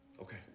Okay